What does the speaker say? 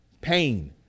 pain